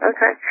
Okay